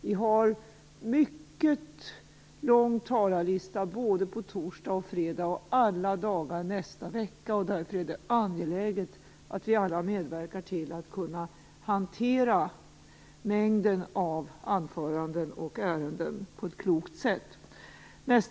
Vi har en mycket lång talarlista både på torsdag och fredag samt alla dagar nästa vecka och det är därför angeläget att vi alla medverkar till att kunna hantera mängden anföranden och ärenden på ett klokt sätt.